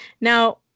Now